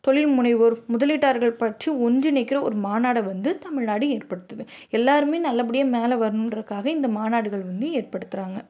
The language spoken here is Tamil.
தொழில்முனைவோர் முதலீட்டார்கள் பற்றி ஒன்றிணைக்கிற ஒரு மாநாடு வந்து தமிழ்நாடு ஏற்படுத்துது எல்லாருமே நல்லபடியாக மேலே வரணுன்றக்காக இந்த மாநாடுகள் வந்து ஏற்படுத்துகிறாங்க